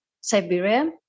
Siberia